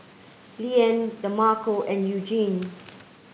Leanne Demarco and Eugene